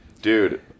dude